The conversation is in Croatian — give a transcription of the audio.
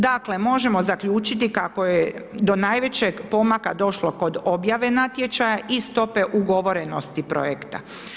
Dakle, možemo zaključiti kako je do najvećeg pomaka došlo kod objave natječaja i stope ugovorenosti projekta.